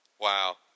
Wow